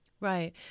right